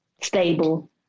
stable